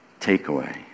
takeaway